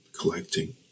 collecting